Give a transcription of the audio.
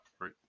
right